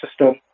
system